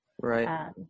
right